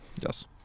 Yes